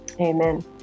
amen